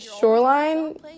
Shoreline